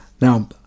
Now